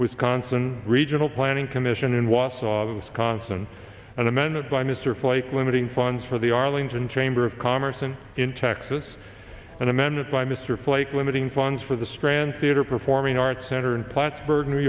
wisconsin regional planning commission in wausau wisconsin and amended by mr flake limiting funds for the arlington chamber of commerce and in texas and amended by mr flake limiting funds for the strand theater performing arts center in plattsburgh new